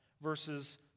verses